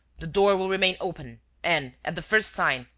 the door will remain open and, at the first sign,